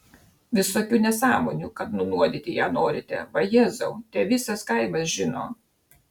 visokių nesąmonių kad nunuodyti ją norite vajezau te visas kaimas žino